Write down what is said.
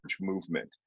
movement